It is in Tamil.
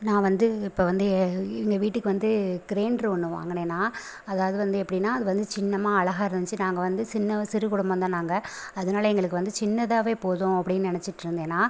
நான் வந்து இப்போ வந்து எங்கள் வீட்டுக்கு வந்து க்ரெய்ன்டரு ஒன்று வாங்கினேன் நான் அது அது வந்து எப்படின்னா அது வந்து சின்னமாக அழஹா இருந்துச்சு நாங்கள் வந்து சின்ன சிறு குடும்போம் தான் நாங்கள் அதனால எங்களுக்கு வந்து சின்னதாகவே போதும் அப்படின் நினச்சிட்ருந்தேன் நான்